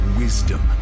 wisdom